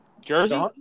Jersey